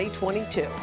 2022